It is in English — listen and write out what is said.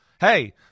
hey